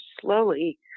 slowly